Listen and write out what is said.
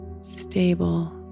stable